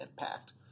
impact